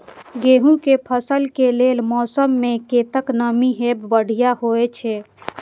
गेंहू के फसल के लेल मौसम में कतेक नमी हैब बढ़िया होए छै?